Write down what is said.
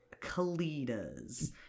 Kalidas